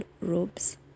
robes